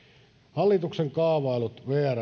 hallituksen kaavailut vrn